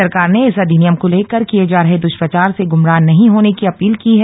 सरकार ने इस अधिनियम को लेकर किए जा रहे दृष्प्रचार से ग्मराह नहीं होने की अपील की है